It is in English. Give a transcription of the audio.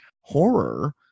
horror